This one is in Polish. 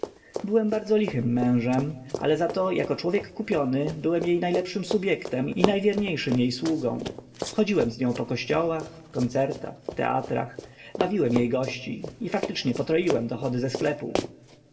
byłem bardzo lichym mężem ale zato jak człowiek kupiony byłem najlepszym subjektem i najwierniejszym jej sługą chodziłem z nią po kościołach koncertach teatrach bawiłem jej gości i faktycznie potroiłem dochody ze sklepu